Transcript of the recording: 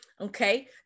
okay